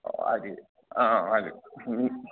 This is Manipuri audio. ꯑꯥ ꯑꯥ ꯍꯥꯏꯕꯤꯌꯨ ꯎꯝ ꯎꯝ